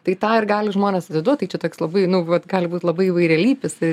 tai tą ir gali žmones atiduot tai čia toks labai nu vat gali būt labai įvairialypis ir